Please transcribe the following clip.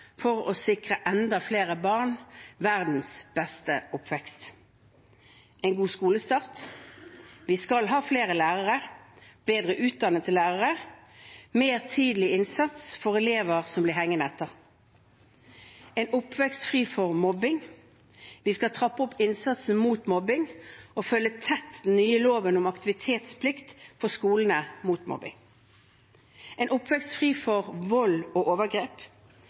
for å sikre enda flere barn verdens beste oppvekst og en god skolestart. Vi skal ha flere lærere, bedre utdannete lærere, mer tidlig innsats for elever som blir hengende etter, og en oppvekst fri for mobbing. Vi skal trappe opp innsatsen mot mobbing og følge tett den nye loven om aktivitetsplikt på skolene mot mobbing. Vi skal ha en oppvekst fri for vold og overgrep.